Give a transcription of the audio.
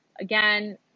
Again